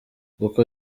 uko